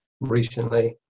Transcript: recently